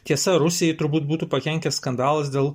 tiesa rusijai turbūt būtų pakenkę skandalas dėl